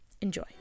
enjoy